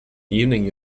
evening